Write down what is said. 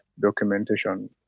documentation